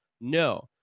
No